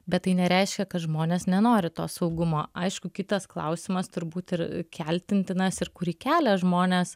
bet tai nereiškia kad žmonės nenori to saugumo aišku kitas klausimas turbūt ir keltintinas ir kurį kelia žmonės